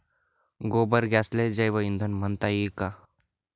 गोबर गॅसले जैवईंधन म्हनता ई का?